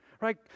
right